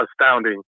astounding